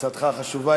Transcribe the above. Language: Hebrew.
הצעתך חשובה.